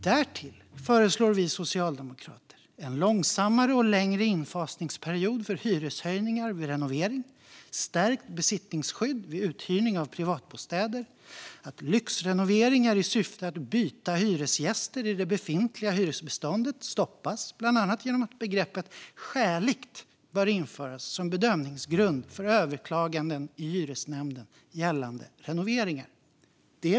Därtill föreslår vi socialdemokrater en långsammare och längre infasningsperiod för hyreshöjningar vid renovering, stärkt besittningsskydd vid uthyrning av privatbostäder och att lyxrenoveringar i syfte att byta hyresgäster i det befintliga hyresbeståndet stoppas, bland annat genom att begreppet "skäligt" bör införas som bedömningsgrund för överklaganden i hyresnämnden när det gäller renoveringar.